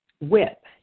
whip